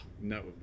No